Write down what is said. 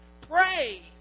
Pray